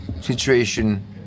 situation